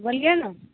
बोलिए ने